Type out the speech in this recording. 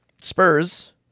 Spurs